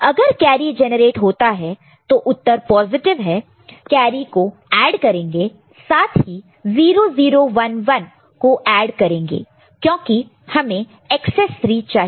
अगर carry generate होता है तो उत्तर पॉजिटिव है कैरी को ऐड करेंगे साथ ही 0 0 1 1 को ऐड करेंगे क्योंकि हमें एकसेस 3 चाहिए